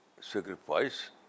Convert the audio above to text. sacrifice